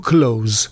Close